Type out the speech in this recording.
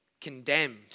condemned